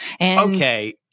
Okay